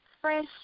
fresh